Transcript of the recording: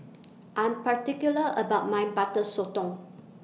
I'm particular about My Butter Sotong